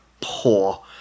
poor